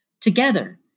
Together